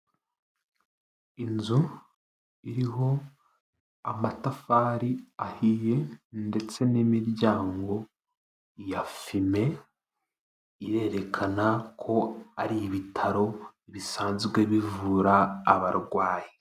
Inzu iriho amatafari ahiye ndetse n'imiryango ya fime, irerekana ko ari ibitaro bisanzwe bivura abarwayi.